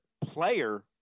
player